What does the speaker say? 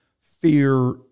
fear